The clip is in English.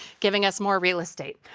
giving us more real estate.